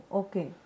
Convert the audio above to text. okay